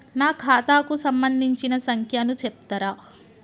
నా ఖాతా కు సంబంధించిన సంఖ్య ను చెప్తరా?